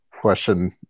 question